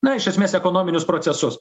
na iš esmės ekonominius procesus